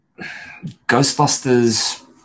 Ghostbusters